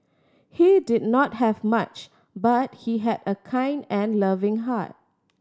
he did not have much but he had a kind and loving heart